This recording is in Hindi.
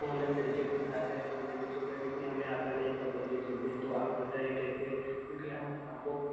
वह अलग तरीके से सिखाते हैं हमने भी सोचा क्योंकि हमें आता नहीं है ई सब बच्चे खेलते हैं तो आप बताइए कैसे क्योंकि हम हमको